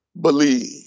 believe